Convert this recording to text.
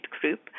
group